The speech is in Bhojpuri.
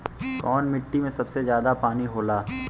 कौन मिट्टी मे सबसे ज्यादा पानी होला?